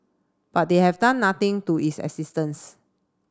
but they have done nothing to its existence